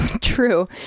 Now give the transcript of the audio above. true